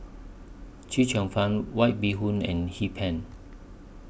Chee Cheong Fun White Bee Hoon and Hee Pan